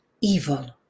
evil